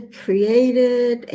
created